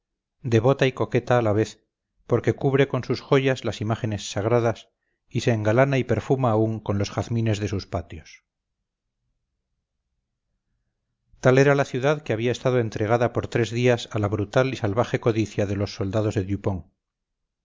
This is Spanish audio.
devota y coqueta a la vez porque cubre con sus joyas las imágenes sagradas y se engalana y perfuma aún con los jazmines de sus patios tal era la ciudad que había estado entregada por tres días a la brutal y salvaje codicia de los soldados de